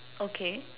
okay